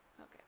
Okay